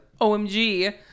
OMG